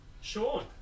Sean